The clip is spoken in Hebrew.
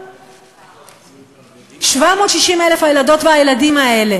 כל 760,000 הילדות והילדים האלה,